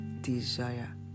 desire